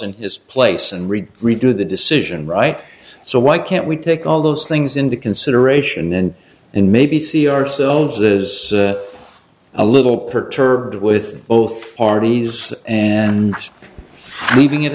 in his place and read redo the decision right so why can't we take all those things into consideration and and maybe see ourselves as a little perturbed with both parties and believing